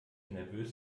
nervös